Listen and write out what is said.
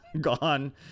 gone